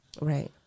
Right